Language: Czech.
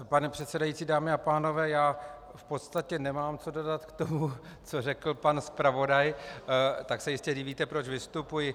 Pane předsedající, dámy a pánové, v podstatě nemám co dodat k tomu, co řekl pan zpravodaj, tak se jistě divíte, proč vystupuji.